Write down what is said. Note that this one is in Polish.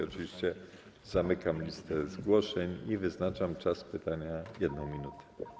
Oczywiście zamykam listę zgłoszeń i wyznaczam czas pytania na 1 minutę.